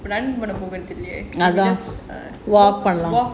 run பண்ண போறதில்லையே:panna porathillaiyae yes பண்ணலாம்:pannalaam walk walk